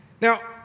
Now